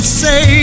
say